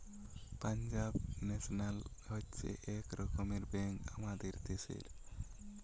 Punjab National হচ্ছে এক রকমের ব্যাঙ্ক আমাদের দ্যাশের